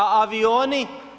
A avioni?